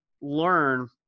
learn